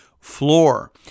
floor